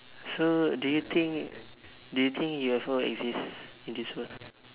so do you think do you think UFO exist in this in this world